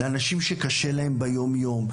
לאנשים שקשה להם ביום יום.